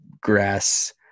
grass